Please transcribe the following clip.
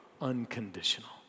unconditional